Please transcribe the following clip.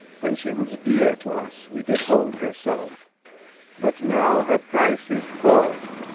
when she was dear to us, we did hold her so but now her price is fall'n.